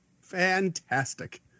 fantastic